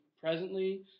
presently